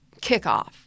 kickoff